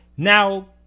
Now